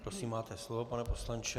Prosím, máte slovo, pane poslanče.